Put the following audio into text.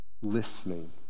listening